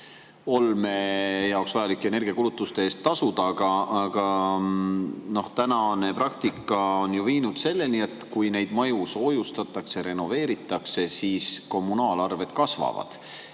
olme jaoks vajalike energiakulutuste eest tasuda. Aga tänane praktika on viinud selleni, et kui neid maju soojustatakse, renoveeritakse, siis kommunaalarved kasvavad.